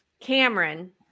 Cameron